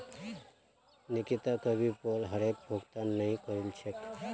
निकिता कभी पोल करेर भुगतान नइ करील छेक